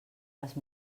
les